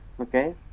Okay